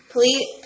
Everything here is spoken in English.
Please